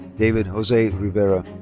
david jose rivera.